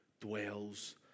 dwells